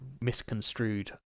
misconstrued